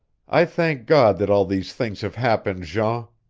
i thank god that all these things have happened, jean,